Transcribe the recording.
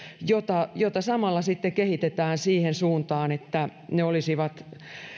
joita samalla sitten kehitetään siihen suuntaan että ne olisivat